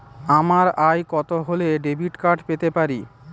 আমার আয় কত হলে ডেবিট কার্ড পেতে পারি?